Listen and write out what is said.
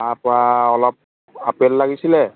তাৰ পৰা অলপ আপেল লাগিছিলে